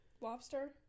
Lobster